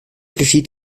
geschieht